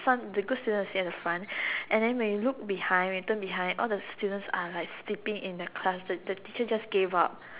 front the good student will sit at the front and then when you look behind when you turn behind all the students are like sleeping in the class the the teacher just gave up